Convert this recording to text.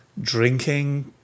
drinking